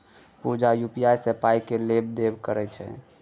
पुजा UPI सँ पाइ केर लेब देब करय छै